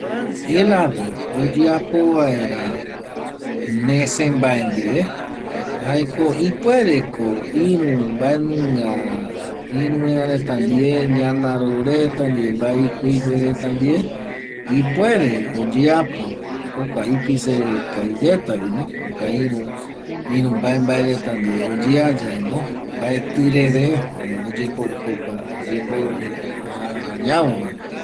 Helado oyeapo vaera nese mbae ndive jaeko ipuereko iru mbaenunga iru vaereta ndie ñanaro reta ndie mbae ikuigue reta ndie ipuere oyeapo jokua ipise kavi yaetavino jokua iru mbae mbae reta ndie oyeayaeno mbaetƚ reve oyeporu jokua oyeporujevano arañavova